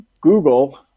Google